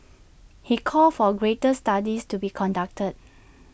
he called for greater studies to be conducted